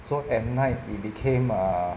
so at night it became err